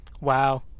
Wow